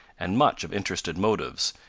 and much of interested motives,